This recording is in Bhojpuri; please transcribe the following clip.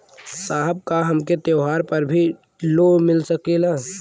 साहब का हमके त्योहार पर भी लों मिल सकेला?